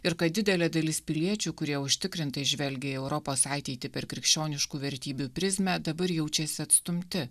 ir kad didelė dalis piliečių kurie užtikrintai žvelgia į europos ateitį per krikščioniškų vertybių prizmę dabar jaučiasi atstumti